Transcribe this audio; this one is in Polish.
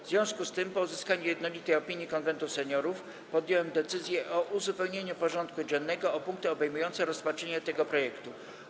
W związku z tym, po uzyskaniu jednolitej opinii Konwentu Seniorów, podjąłem decyzję o uzupełnieniu porządku dziennego o punkty obejmujące rozpatrzenie tego projektu.